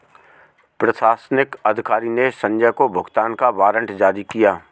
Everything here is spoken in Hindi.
प्रशासनिक अधिकारी ने संजय को भुगतान का वारंट जारी किया